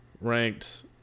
ranked